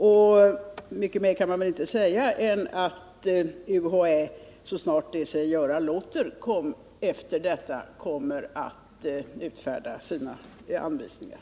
Så mycket mera är väl inte att säga än att UHÄ så snart som det sig göra låter kommer att utfärda sina anvisningar.